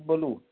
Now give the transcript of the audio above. બોલું